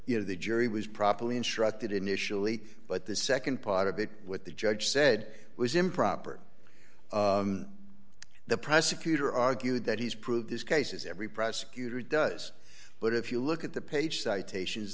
you know the jury was properly instructed initially but the nd part of it what the judge said was improper the prosecutor argued that he's proved this case as every prosecutor does but if you look at the page citations